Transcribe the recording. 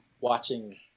watching